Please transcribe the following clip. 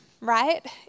right